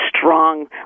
strong